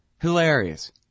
Hilarious